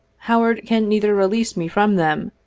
howard can neither release me from them,